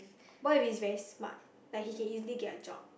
what if he's very smart like he can easily get a job